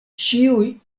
ĉiuj